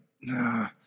nah